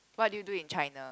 what do you do in China